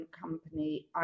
company